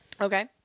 Okay